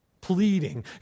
pleading